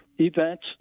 events